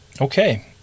Okay